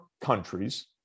countries